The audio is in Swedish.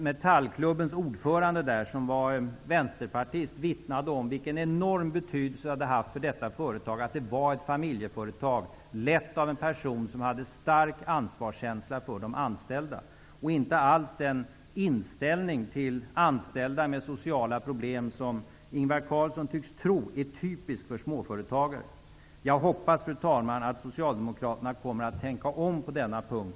Metallklubbens ordförande, som var vänsterpartist, vittnade om vilken enorm betydelse det haft för detta företag att det var ett familjeföretag lett av en person som hade stark ansvarskänsla för de anställda och inte alls den inställning till anställda med sociala problem som Ingvar Carlsson tycks tro är typisk för småföretagare. Fru talman! Jag hoppas att Socialdemokraterna tänker om på denna punkt.